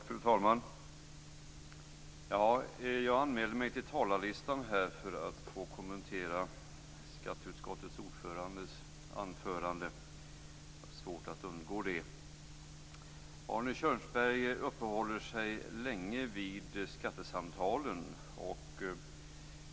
Fru talman! Jag anmälde mig på talarlistan för att få kommentera skatteutskottets ordförandes anförande. Jag har svårt att låta bli att göra det. Arne Kjörnsberg uppehöll sig länge vid skattesamtalen.